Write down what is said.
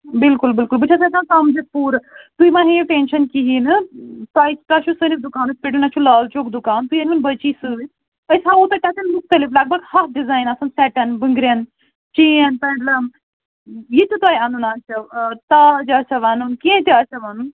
بِلکُل بِلکُل بہٕ چھَس ہیٚکان سَمجِتھ پوٗرٕ تُہۍ ما ہیٚیِو ٹینٛشَن کِہیٖنٛۍ نہٕ تۄہہِ تۄہہِ چھُو سانِس دُکانَس پیٚٹھ یُن اَسہِ چھُ لال چوک دُکان تُہۍ أنۍہوٗن بچی سٍتۍ أسۍ ہاوَو تۄہہِ تَتیٚن مُختلِف لگ بگ ہَتھ ڈِزایِن آسان سیٚٹَن بنٛگٕریَن چین پینٛڈلم یہِ تہِ تۄہہِ اَنُن آسیِٚو تاج آسیِٚو اَنُن کیٚنٛہہ تہِ آسیٚو اَنُن